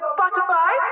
Spotify